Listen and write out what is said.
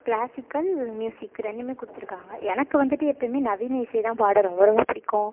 classical music ரெண்டுமே கொடுத்துருக்காங்க எனக்கு வந்துவிட்டு எப்போயுமே நவீன இசை தான் பாட ரொம்ப ரொம்ப பிடிக்கும்